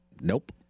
nope